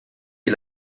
est